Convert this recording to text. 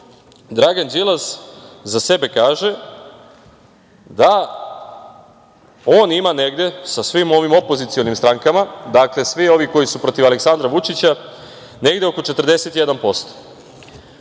Dragan Đilas za sebe kaže da on ima negde sa svim ovim opozicionim strankama, dakle svi ovi koji su protiv Aleksandra Vučića, negde oko 41%,